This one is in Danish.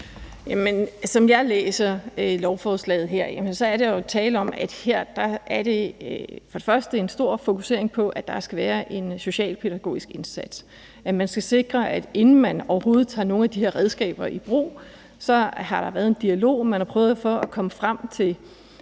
Som jeg læser lovforslaget her, er der jo tale om, at der først og fremmest her er en stor fokusering på, at der skal være en socialpædagogisk indsats, og at man skal sikre, at inden man overhovedet tager nogle af de her redskaber i brug, har der været en dialog, som man har prøvet for at komme frem til